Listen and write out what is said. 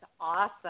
awesome